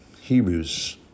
Hebrews